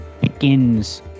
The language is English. begins